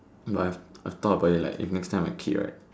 but I thought about it like if next time my kid right